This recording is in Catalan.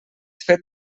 fet